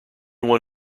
won